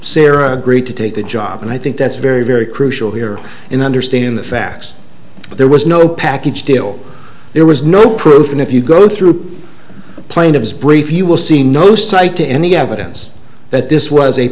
sarah agreed to take the job and i think that's very very crucial here in understanding the facts but there was no package deal there was no proof and if you go through the plaintiffs brief you will see no cite to any evidence that this was a